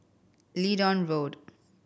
Leedon Road